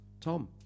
Tom